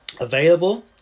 available